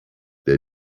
der